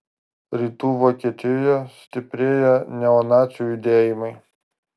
rytų vokietijoje stiprėja neonacių judėjimai